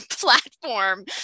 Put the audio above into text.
platform